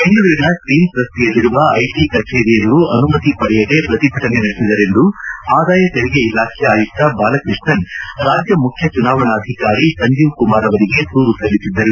ಬೆಂಗಳೂರಿನ ಕ್ವೀನ್ಸ್ ರಸ್ತೆಯಲ್ಲಿರುವ ಐಟಿ ಕಚೇರಿ ಎದುರು ಅನುಮತಿ ಪಡೆಯದೆ ಪ್ರತಿಭಟನೆ ನಡೆಸಿದರೆಂದು ಆದಾಯ ತೆರಿಗೆ ಇಲಾಖೆ ಆಯುಕ್ತ ಬಾಲಕೃಷ್ಣನ್ ರಾಜ್ಯ ಮುಖ್ಯ ಚುನಾವಣಾಧಿಕಾರಿ ಸಂಜೀವ್ ಕುಮಾರ್ ಅವರಿಗೆ ದೂರು ಸಲ್ಲಿಸಿದ್ದರು